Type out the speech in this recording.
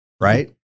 right